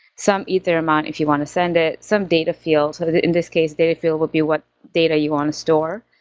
some ether amount if you want to send it. some data fields. sort of in this case, data field will be what data you want to store.